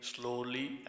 slowly